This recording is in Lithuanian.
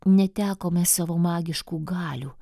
netekome savo magiškų galių